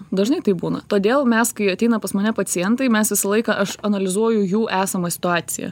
dažnai taip būna todėl mes kai ateina pas mane pacientai mes visą laiką aš analizuoju jų esamą situaciją